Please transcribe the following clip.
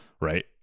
right